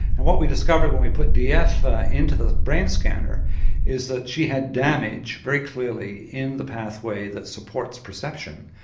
and what we discovered when we put df into the brain scanner is that she had damage, very clearly, in the pathway that supports perception,